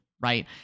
right